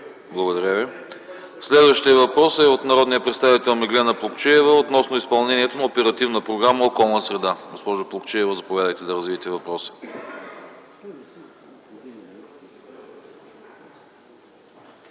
АНАСТАСОВ: Следващият въпрос е от народния представител Меглена Плугчиева относно изпълнението на Оперативна програма „Околна среда”. Госпожо Плугчиева, заповядайте да развиете въпроса